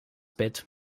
bett